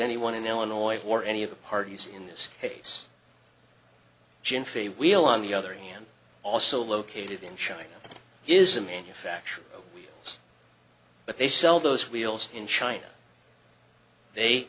anyone in illinois or any of the parties in this case jim fay we'll on the other hand also located in china is a manufacturer but they sell those wheels in china they